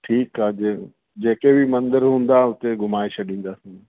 ठीकु आहे जे जेके बि मंदर हूंदा हुते घुमाए छॾींदासीं